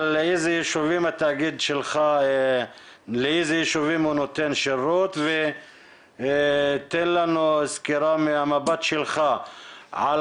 התאגיד שלך נותן שירות ותן לנו סקירה מהמבט שלך על